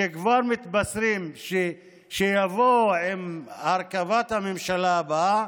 שכבר מתבשרים שיבוא עם הרכבת הממשלה הבאה,